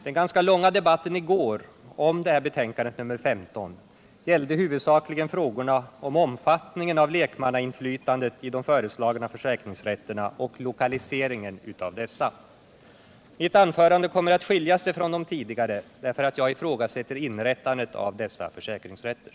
Den ganska långa de Lördagen den | batten i går om detta betänkande gällde huvudsakligen omfattningen 17 december 1977 av lekmannainflytandet i de föreslagna försäkringsrätterna och lokaliseringen av dessa. Mitt anförande kommer att skilja sig från de tidigare = Inrättande av | därför att jag ifrågasätter inrättandet av dessa försäkringsrätter.